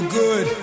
good